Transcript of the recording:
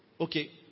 Okay